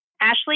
Ashley